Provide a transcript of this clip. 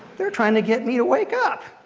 they're trying to get me to wake up.